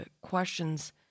questions